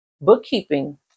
bookkeeping